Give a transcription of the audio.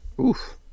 Oof